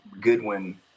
Goodwin